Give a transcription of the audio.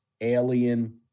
alien